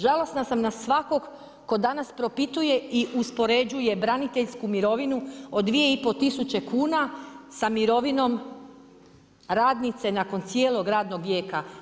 Žalosna sam na svakog tko danas propituje i uspoređuje braniteljsku mirovinu od 2 i pol tisuće kuna sa mirovinom radnice nakon cijelog radnog vijeka.